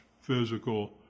physical